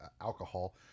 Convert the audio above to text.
alcohol